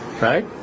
Right